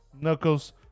Knuckles